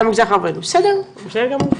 בסדר גמור.